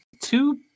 two